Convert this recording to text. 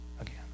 again